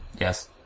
Yes